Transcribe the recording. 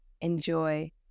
enjoy